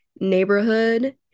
neighborhood